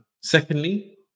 Secondly